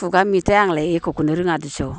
खुगा मेथाइ आंलाय एक'खौनो रोङा देस'